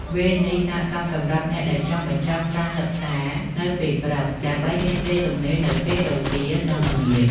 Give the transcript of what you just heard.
វេននេះស័ក្តិសមសម្រាប់អ្នកដែលចង់បញ្ចប់ការសិក្សានៅពេលព្រឹក ដើម្បីមានពេលទំនេរនៅពេលរសៀល និងល្ងាច។